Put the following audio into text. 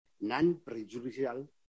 non-prejudicial